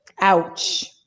Ouch